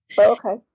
Okay